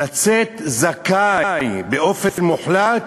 לצאת זכאי באופן מוחלט,